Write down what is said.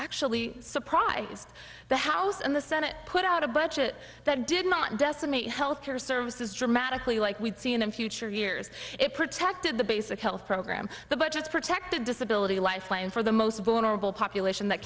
actually surprised the house and the senate put out a budget that did not decimate health care services dramatically like we've seen in future years it protected the basic health program the budgets protected disability life plan for the most vulnerable population that